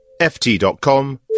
ft.com